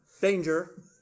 Danger